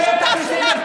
תראי מי מייצג אותך.